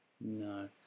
No